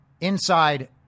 inside